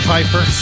Piper